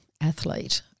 athlete